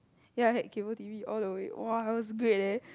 ya I had cable T_V all the way !wah! it was great leh